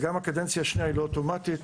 גם הקדנציה השנייה אינה אוטומטית,